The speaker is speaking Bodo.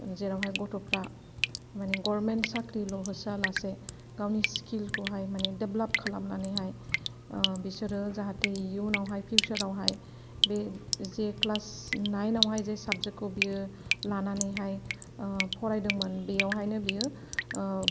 जेरावहाय गथ'फ्रा माने गभर्नमेन्ट साख्रिल' होसोआलासे गावनि स्किलखौहाय माने डेभेलप खालामनानैहाय बिसोरो जाहाथे इयुनाव फिउचार आवहाय बे जे क्लास नाइनआवहाय जे साबजेक्टखौ बियो लानानैहाय फरायदोंमोन बेवहायनो बियो